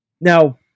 Now